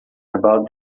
about